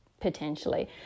potentially